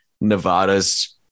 Nevada's